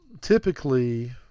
Typically